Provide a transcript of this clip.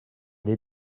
des